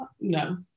no